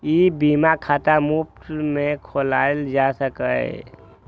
ई बीमा खाता मुफ्त मे खोलाएल जा सकैए